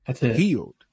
healed